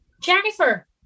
Jennifer